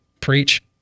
Preach